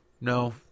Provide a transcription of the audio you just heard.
no